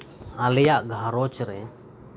ᱟᱞᱮᱭᱟᱜ ᱜᱷᱟᱸᱨᱚᱧᱡᱽ ᱨᱮ